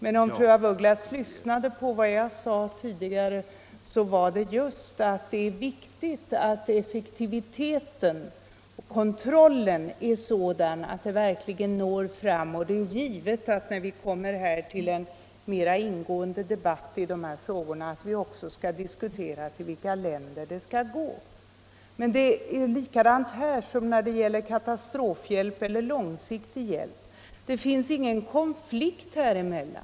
Men jag sade redan tidigare — om fru af Ugglas lyssnade på det — att det är viktigt att effektiviteten och kontrollen är sådan att hjälpen verkligen når fram. Och det är givet att vi när vi kommer till en mer ingående debatt i dessa frågor också skall diskutera till vilka länder biståndet skall gå. Men det är likadant här som när det gäller katastrofhjälp eller långsiktig hjälp — det finns ingen konflikt häremellan.